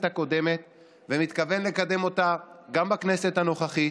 הקודמת ומתכוון לקדם אותה גם בכנסת הנוכחית.